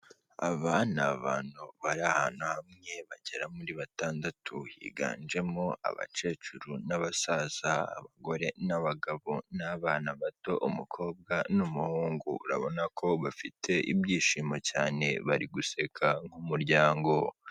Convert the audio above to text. Aba ni abantu bari ahantu hamwe, bagera muri batandatu, higanjemo abakecuru n'abasaza, abagore n'abagabo n'abana bato, umukobwa n'umuhungu, urabona ko bafite ibyishimo cyane, bari guseka nk'umuryango.